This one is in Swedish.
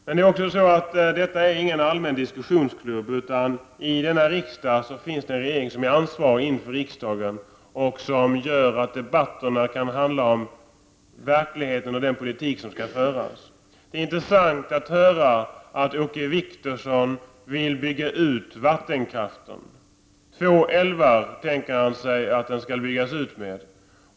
Men detta är ingen diskussionsklubb, utan det finns en regering som är ansvarig inför riksdagen. Debatten skall handla om verkligheten och den politik som skall föras. Det är intressant att höra att Åke Wictorsson vill bygga ut vattenkraften. Två älvar tänker han sig att den skall byggas ut med.